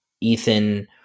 Ethan